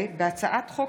הצעת חוק